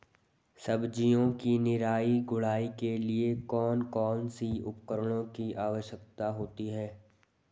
सब्जियों की निराई गुड़ाई के लिए कौन कौन से उपकरणों की आवश्यकता होती है?